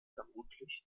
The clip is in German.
vermutlich